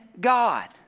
God